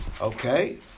Okay